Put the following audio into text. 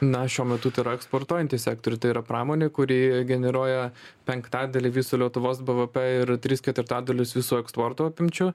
na šiuo metu tai yra eksportuojantis sektoriu tai yra pramonė kuri generuoja penktadalį viso lietuvos bvp ir tris ketvirtadalius viso eksporto apimčių